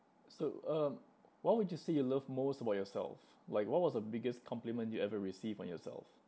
so um what would you say you love most about yourself like what was the biggest compliment you ever received on yourself